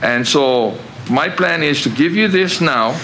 and so all my plan is to give you this now